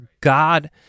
God